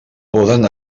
poden